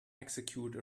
execute